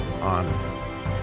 on